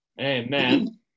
amen